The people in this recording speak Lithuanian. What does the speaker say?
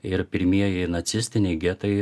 ir pirmieji nacistiniai getai